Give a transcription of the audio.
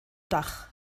dach